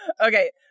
Okay